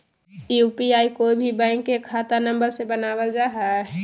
UPI कोय भी bank के खाता नंबर से बनावल जा हइ